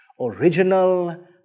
original